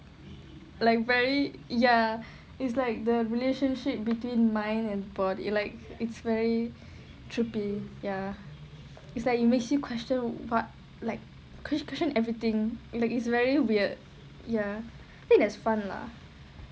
like very ya it's like the relationship between mind and body like it's very trippy ya it's like it makes you question but like question question everything like it's very weird ya I think that's fun lah